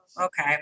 Okay